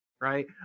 right